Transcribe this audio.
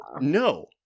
no